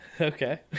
Okay